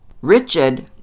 Richard